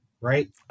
Right